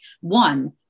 one